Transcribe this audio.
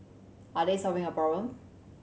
are they solving a problem